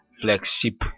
Flagship